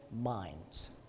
minds